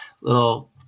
little